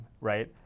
right